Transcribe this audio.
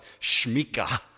Shmika